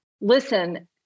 listen